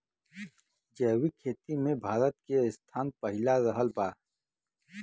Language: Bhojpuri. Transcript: जैविक खेती मे भारत के स्थान पहिला रहल बा